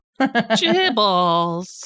Jibbles